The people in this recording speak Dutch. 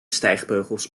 stijgbeugels